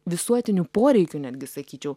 visuotiniu poreikiu netgi sakyčiau